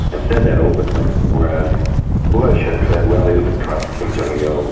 and said that openly, whereas bush has said, well, he doesn't trust kim jong-il,